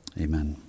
amen